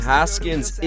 Haskins